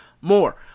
more